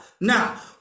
Now